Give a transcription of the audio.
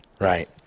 Right